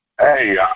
Hey